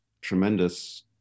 tremendous